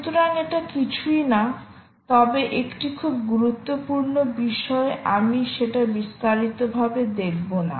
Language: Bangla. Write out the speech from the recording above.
সুতরাং এটা কিছুই না তবে একটি খুব গুরুত্বপূর্ণ বিষয় আমি সেটা বিস্তারিত ভাবে দেখবো না